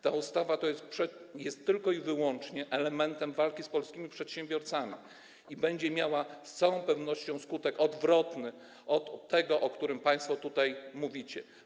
Ta ustawa jest tylko i wyłącznie elementem walki z polskimi przedsiębiorcami i będzie miała z całą pewnością skutek odwrotny od tego, o którym państwo tutaj mówicie.